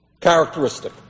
characteristic